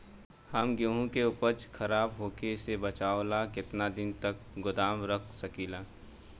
हम गेहूं के उपज खराब होखे से बचाव ला केतना दिन तक गोदाम रख सकी ला?